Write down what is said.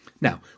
Now